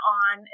on